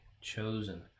chosen